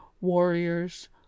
warriors